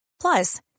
Plus